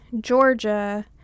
Georgia